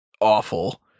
awful